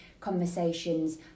conversations